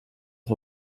auf